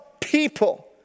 people